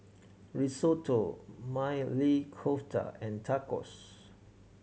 Risotto Maili Kofta and Tacos